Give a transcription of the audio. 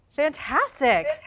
Fantastic